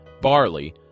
barley